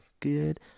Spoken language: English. good